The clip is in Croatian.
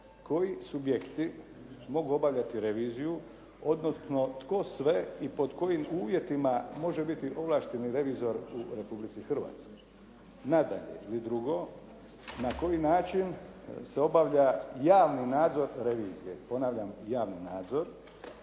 koji subjekti mogu obavljati reviziju, odnosno tko sve i pod kojim uvjetima može biti ovlašteni revizor u Republici Hrvatskoj. Nadalje ili drugo, na koji način se obavlja javni nadzor revizije, ponavljam javni nadzor.